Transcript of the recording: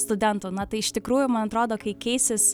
studentų na tai iš tikrųjų man atrodo kai keisis